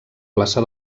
plaça